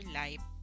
life